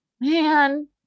man